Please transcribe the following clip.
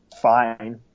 fine